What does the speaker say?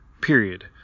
period